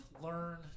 learn